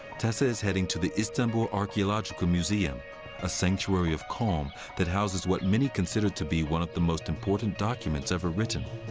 tessa is heading to the istanbul archaeological museum a sanctuary of calm that houses what many consider to be one of the most important documents ever written.